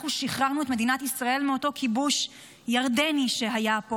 אנחנו שחררנו את מדינת ישראל מאותו כיבוש ירדני שהיה פה,